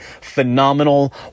phenomenal